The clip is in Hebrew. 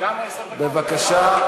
בבקשה.